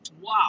wow